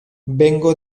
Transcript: vengo